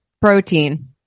protein